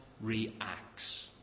reacts